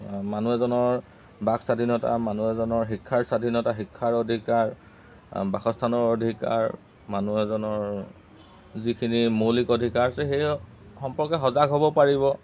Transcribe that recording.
মানুহ এজনৰ বাক স্বাধীনতা মানুহ এজনৰ শিক্ষাৰ স্বাধীনতা শিক্ষাৰ অধিকাৰ বাসস্থানৰ অধিকাৰ মানুহ এজনৰ যিখিনি মৌলিক অধিকাৰ আছে সেই সম্পৰ্কে সজাগ হ'ব পাৰিব